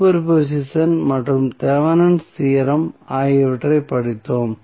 super position மற்றும் Thevenin's theorem Thevenins theorem ஆகியவற்றைப் படித்தோம்